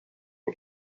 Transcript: all